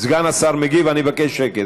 סגן השר מגיב, אני מבקש שקט.